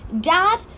Dad